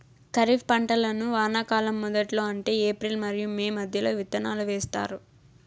ఖరీఫ్ పంటలను వానాకాలం మొదట్లో అంటే ఏప్రిల్ మరియు మే మధ్యలో విత్తనాలు వేస్తారు